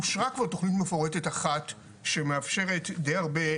אושרה כבר תכנית מפורטת אחת שמאפשרת די הרבה,